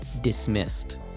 dismissed